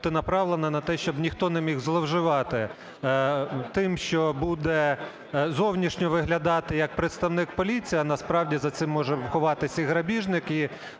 бути направлена на те, щоб ніхто не міг зловживати тим, що буде зовнішньо виглядати як представник поліції, а насправді за цим може ховатись і грабіжник,